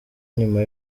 nyuma